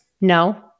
No